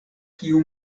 kiu